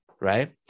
right